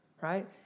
right